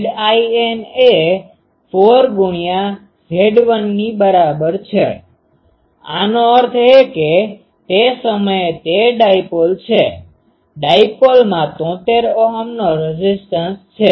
Zin એ 4 ગુણ્યા Z1 ની બરાબર છે આનો અર્થ એ કે તે સમયે તે ડાઈપોલ છે ડાઈપોલમાં 73 Ω નો રેઝીસ્ટન્સ છે